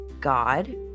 God